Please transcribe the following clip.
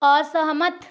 असहमत